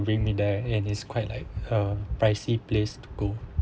bring me there and it's quite like a pricey place to go